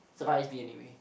surprise me anyway